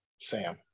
Sam